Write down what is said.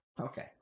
okay